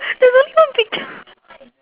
there's only one picture